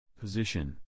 Position